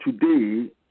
today